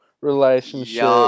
relationship